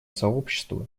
сообщества